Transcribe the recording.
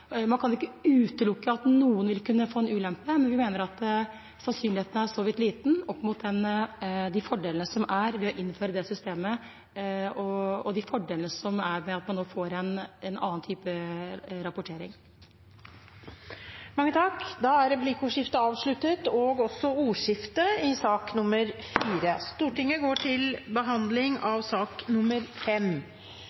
Man kan ikke utelukke at noen vil kunne få en ulempe, men vi mener at sannsynligheten er liten målt opp mot fordelene ved å innføre dette systemet og fordelene ved at man nå får en annen type rapportering. Replikkordskiftet er omme. Flere har heller ikke bedt om ordet til sak nr. 4. Etter ønske fra arbeids- og sosialkomiteen vil presidenten foreslå at taletiden blir begrenset til